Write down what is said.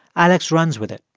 alex runs with it.